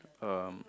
um